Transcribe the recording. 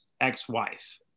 ex-wife